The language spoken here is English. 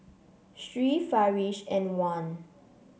Sri Farish and Wan